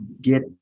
get